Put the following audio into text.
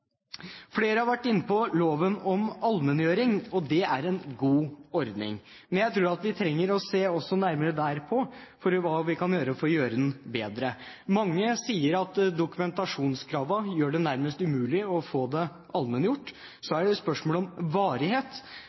Flere har vært inne på loven om allmenngjøring, og det er en god ordning. Men jeg tror at vi også trenger å se nærmere på hva vi kan gjøre for å gjøre den bedre. Mange sier at dokumentasjonskravene gjør det nærmest umulig å få det allmenngjort, og så er det spørsmål om varighet.